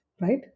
right